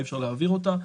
אי אפשר להעביר אותה,